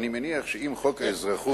אני מניח שאם חוק האזרחות,